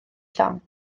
llong